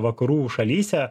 vakarų šalyse